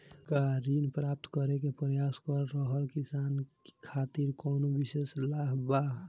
का ऋण प्राप्त करे के प्रयास कर रहल किसान खातिर कउनो विशेष लाभ बा?